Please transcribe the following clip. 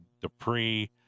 Dupree